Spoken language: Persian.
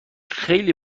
خیلی